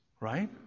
Right